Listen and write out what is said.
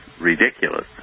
ridiculous